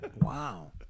wow